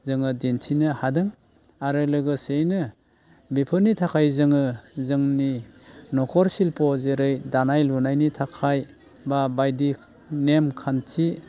जोङो दिन्थिनो हादों आरो लोगोसेयैनो बेफोरनि थाखाय जोङो जोंनि न'खर शिल्प जेरै दानाय लुनायनि थाखाय बा बायदि नेम खान्थि